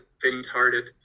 faint-hearted